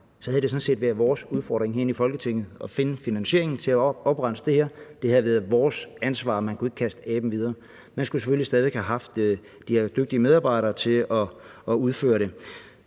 sådan set været vores udfordring herinde i Folketinget at finde finansieringen til at oprense det her. Det havde været vores ansvar. Man kunne ikke kaste aben videre. Man skulle selvfølgelig stadig væk have haft de her dygtige medarbejdere til at udføre det.